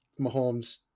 Mahomes